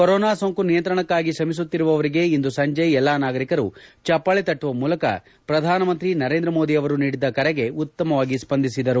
corona ಸೋಂಕು ನಿಯಂತ್ರಣಕ್ಕಾಗಿ ಶ್ರಮಿಸುತ್ತಿರುವವರಿಗೆ ಇಂದು ಸಂಜೆ ಎಲ್ಲ ನಾಗರಿಕರು ಚಪ್ಪಾಳೆ ತಟ್ಟುವ ಮೂಲಕ ಪ್ರಧಾನಮಂತ್ರಿ ನರೇಂದ್ರ ಮೋದಿ ನೀಡಿದ್ದ ಕರೆಗೆ ಉತ್ತಮವಾಗಿ ಸ್ಪಂದಿಸಿದರು